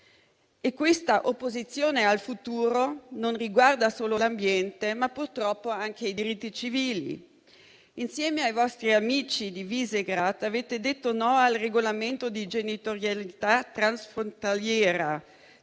Questa opposizione al futuro non riguarda solo l'ambiente, ma purtroppo anche i diritti civili. Insieme ai vostri amici di Visegrád, avete detto no al regolamento di genitorialità transfrontaliera.